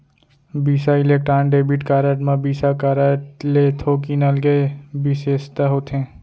बिसा electron debit card म Visa card ले थोकिन अलगे बिसेसता होथे